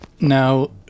Now